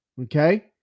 Okay